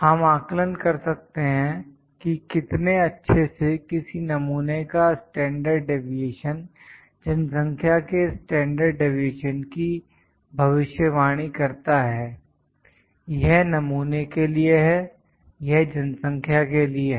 हम आकलन कर सकते है कि कितने अच्छे से किसी नमूने का स्टैंडर्ड डिवीएशन जनसंख्या के स्टैंडर्ड डिवीएशन की भविष्यवाणी करता है यह नमूने के लिए है यह जनसंख्या के लिए है